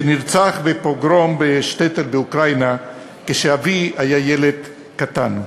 שנרצח בפוגרום בשטעטל באוקראינה כשאבי היה ילד קטן.